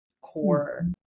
core